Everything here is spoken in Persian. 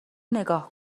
نگاه